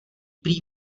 prý